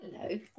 Hello